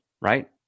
Right